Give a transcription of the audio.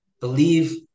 believe